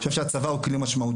אני חושב שהצבא הוא כלי משמעותי,